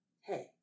hey